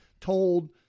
told